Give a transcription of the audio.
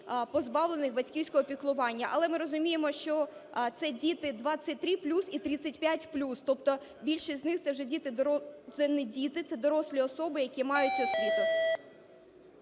позбавлених батьківського піклування. Але ми розуміємо, що це діти 23 плюс і 35 плюс, тобто більшість з них – це вже діти… це не діти, це дорослі особи, які мають освіту.